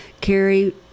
Carrie